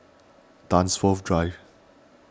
Dunsfold Drive